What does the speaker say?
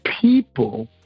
People